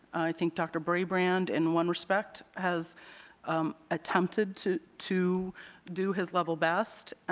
think dr. brabrand in one respect has attempted to to do his level best